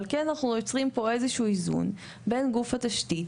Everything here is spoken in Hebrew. אבל אנחנו כן יוצרים פה איזה שהוא איזון בין גוף תשתית